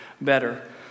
better